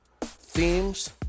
themes